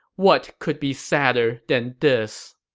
what could be sadder than this!